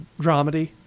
dramedy